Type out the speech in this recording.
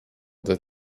that